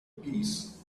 piece